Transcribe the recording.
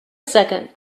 second